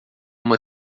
uma